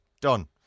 Done